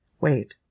Wait